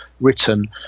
written